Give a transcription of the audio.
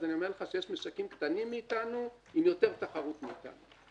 אז אני אומר לך שיש משקים קטנים מאתנו עם יותר תחרותיות מאתנו.